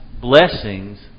blessings